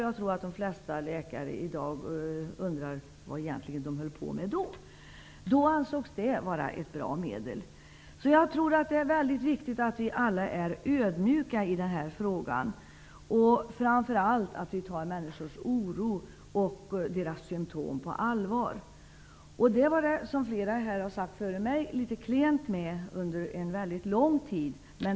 Jag tror att de flesta läkare i dag undrar vad man då egentligen höll på med, men det ansågs då vara ett bra läkemedel. Det är viktigt att vi alla är ödmjuka i denna fråga och framför allt att vi tar människors oro och symtom på allvar. Som flera talare har sagt före mig, var det litet klent med det under en lång tid.